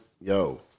yo